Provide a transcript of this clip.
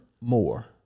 more